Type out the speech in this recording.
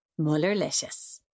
Mullerlicious